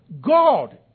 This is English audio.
God